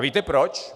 Víte proč?